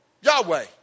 Yahweh